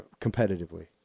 competitively